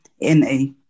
NA